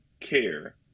care